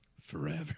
forever